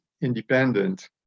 independent